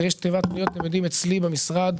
ויש תיבת פניות אצלי במשרד,